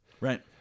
Right